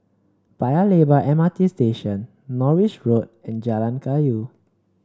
Paya Lebar M R T Station Norris Road and Jalan Kayu